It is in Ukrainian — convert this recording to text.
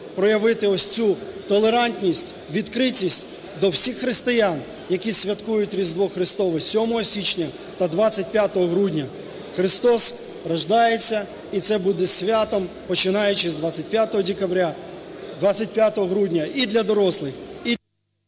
проявити ось цю толерантність, відкритість до всіх християн, які святкують Різдво Христове 7 січня та 25 грудня. Христос рождається! І це буде святом, починаючи з 25 декабря, 25 грудня і для дорослих,